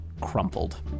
crumpled